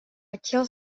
kecil